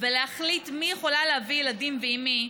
ולהחליט מי יכולה להביא ילדים ועם מי,